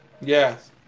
Yes